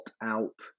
out